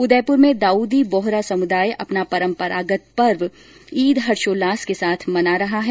उदयपुर में दाऊदी बोहरा समुदाय अपना परंपरागत पर्व ईद हर्षोल्लास के साथ मना रहा है